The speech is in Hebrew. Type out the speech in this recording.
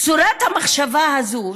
צורת המחשבה הזאת,